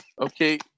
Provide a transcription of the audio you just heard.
Okay